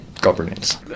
governance